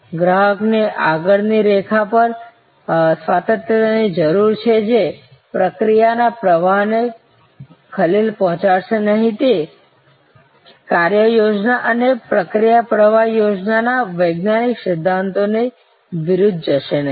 ગ્રાહકને આગળ ની રેખા પર સ્વાયત્તતાની જરૂર છે જે પ્રક્રિયાના પ્રવાહને ખલેલ પહોંચાડશે નહીં તે કાર્ય યોજના અને પ્રક્રિયા પ્રવાહ યોજના ના વૈજ્ઞાનિક સિદ્ધાંતોની વિરુદ્ધ જશે નહીં